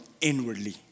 inwardly